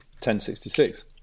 1066